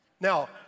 Now